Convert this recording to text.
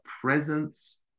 presence